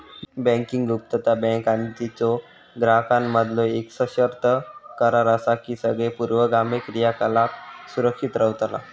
banking गुप्तता, bank आणि तिच्यो ग्राहकांमधीलो येक सशर्त करार असा की सगळे पूर्वगामी क्रियाकलाप सुरक्षित रव्हतला